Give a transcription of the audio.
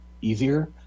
easier